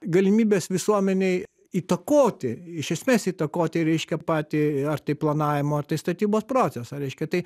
galimybės visuomenei įtakoti iš esmės įtakoti reiškia patį ar tai planavimo ar tai statybos procesą reiškia tai